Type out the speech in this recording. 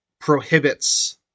prohibits